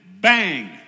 bang